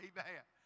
Amen